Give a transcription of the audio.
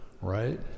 Right